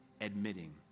admitting